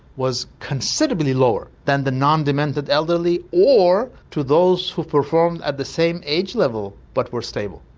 was considerably lower than the non-demented elderly or to those who perform at the same age level but were stable.